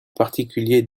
particulier